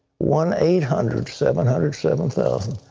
one eight hundred seven hundred seven thousand.